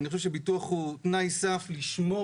אני חושב שביטוח הוא תנאי-סף לשמור